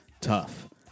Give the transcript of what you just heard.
tough